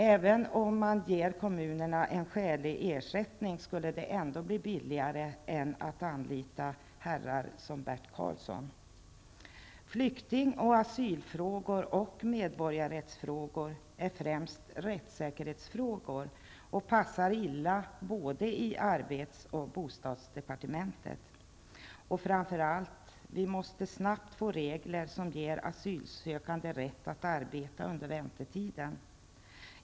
Även om man ger kommunerna en skälig ersättning, skulle det ändå bli billigare än att anlita herrar som Bert Karlsson. Flykting och asylfrågor och medborgarrättsfrågor är främst rättssäkerhetsfrågor och passar illa både i arbets och i bostadsdepartementet. Och framför allt: Vi måste snabbt få regler som ger asylsökande rätt att arbeta under väntetiden.